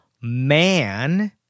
man